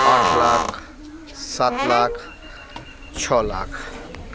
आठ लाख सात लाख छ लाख